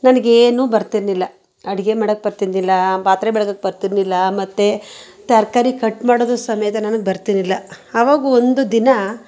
ನನಗೇನೂ ಬರ್ತಿರಲಿಲ್ಲ ಅಡುಗೆ ಮಾಡೋಕೆ ಬರ್ತಿರಲಿಲ್ಲ ಪಾತ್ರೆ ಬೆಳಗೋಕೆ ಬರ್ತಿರಲಿಲ್ಲ ಮತ್ತು ತರಕಾರಿ ಕಟ್ ಮಾಡುವುದು ಸಮೇತ ನನಗೆ ಬರ್ತಿರಲಿಲ್ಲ ಆವಾಗ ಒಂದು ದಿನ